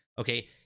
Okay